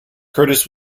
curtis